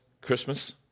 Christmas